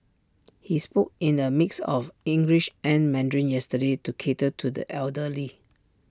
he spoke in A mix of English and Mandarin yesterday to cater to the elderly